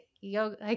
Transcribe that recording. yoga